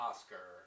Oscar